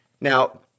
Now